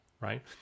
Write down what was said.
right